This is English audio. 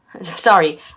sorry